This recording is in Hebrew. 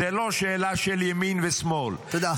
זו לא שאלה של ימין ושמאל -- תודה.